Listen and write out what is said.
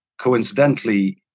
coincidentally